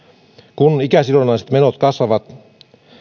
kun ikäsidonnaiset menot kasvavat